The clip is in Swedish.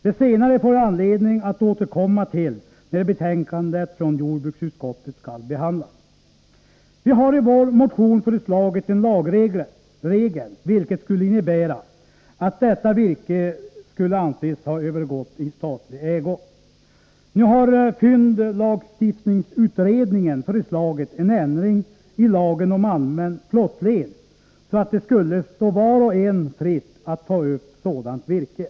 Det senare får jag anledning att återkomma till när betänkandet från jordbruksutskottet skall behandlas. Vi har i vår motion föreslagit en lagregel som skulle innebära att detta virke skulle anses ha övergått i statlig ägo. Nu har fyndlagstiftningsutredningen Nr 36 föreslagit en ändring i lagen om allmän flottled så att det skulle stå var och en Onsdagen den fritt att ta upp sådant virke.